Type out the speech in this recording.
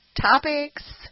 topics